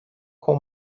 com